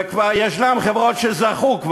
וכבר יש חברות שזכו,